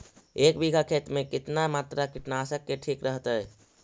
एक बीघा खेत में कितना मात्रा कीटनाशक के ठिक रहतय?